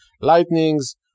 lightnings